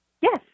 Yes